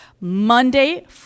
Monday